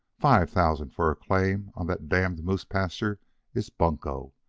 five thousand for a claim on that damned moose-pasture is bunco.